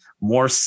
more